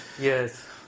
Yes